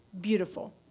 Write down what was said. beautiful